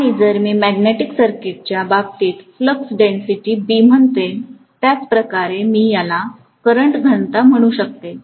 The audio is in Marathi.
आणि जर मी मॅग्नेटिक सर्किटच्या बाबतीत फ्लक्स डेन्सिटी B म्हणतो त्याच प्रकारे मी याला करंट घनता म्हणू शकतो